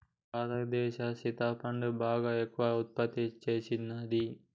భారతదేసం సింతపండును బాగా ఎక్కువగా ఉత్పత్తి సేస్తున్నది